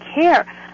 care